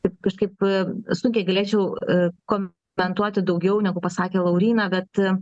taip kažkaip sunkiai galėčiau komentuoti daugiau negu pasakė lauryna